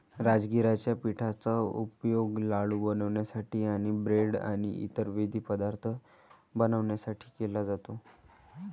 राजगिराच्या पिठाचा उपयोग लाडू बनवण्यासाठी आणि ब्रेड आणि इतर विविध पदार्थ बनवण्यासाठी केला जातो